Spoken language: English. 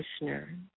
listener